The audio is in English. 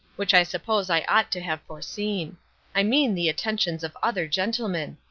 which i suppose i ought to have foreseen i mean the attentions of other gentlemen.